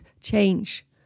change